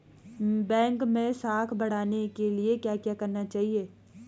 Bank मैं साख बढ़ाने के लिए क्या क्या करना चाहिए?